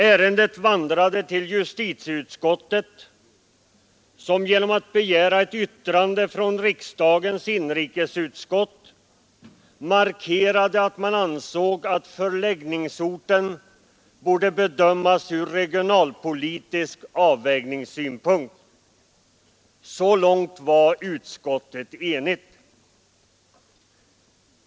Ärendet vandrade till justitieutskottet, som genom att begära ett yttrande från riksdagens inrikesutskott markerade att man ansåg att förläggningsorten borde bedömas ur regionalpolitisk avvägningssynpunkt. Så långt var utskottet enigt.